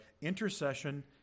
intercession